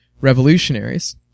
revolutionaries